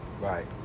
Right